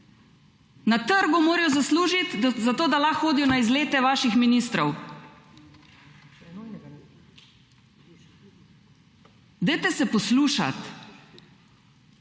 Na trgu morajo zaslužiti zato, da lahko hodijo na izlete vaših ministrov. Dajte se poslušati.